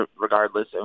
regardless